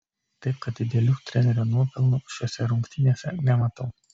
taip kad didelių trenerio nuopelnų šiose rungtynėse nematau